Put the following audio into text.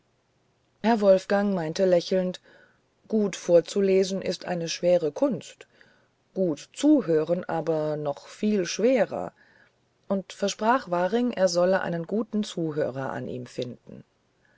herr wolfgang meinte lächelnd gut vorlesen sei eine schwere kunst gut zuhören aber noch viel schwerer und versprach waringen er solle einen guten zuhörer an ihm finden